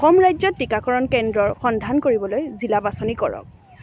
অসম ৰাজ্যত টীকাকৰণ কেন্দ্ৰৰ সন্ধান কৰিবলৈ জিলা বাছনি কৰক